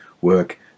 work